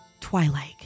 twilight